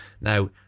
Now